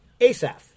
Asaph